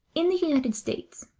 in the united states,